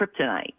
kryptonite